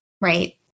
Right